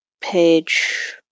page